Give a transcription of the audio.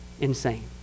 insane